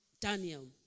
Daniel